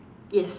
yes